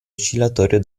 oscillatorio